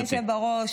אדוני היושב-ראש,